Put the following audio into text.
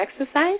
exercise